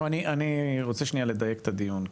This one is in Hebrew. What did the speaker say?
טוב, אני רוצה שנייה לדייק את הדיון.